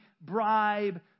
bribe